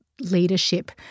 leadership